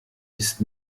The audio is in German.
ist